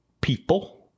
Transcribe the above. people